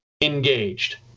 engaged